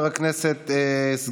אבל כשאנחנו רואים שאתם כבר משתמשים